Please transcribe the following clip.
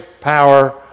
power